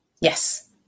Yes